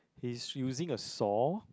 he's using a saw